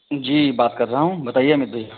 जी बात कर रहा हूँ बताइए अमित भाई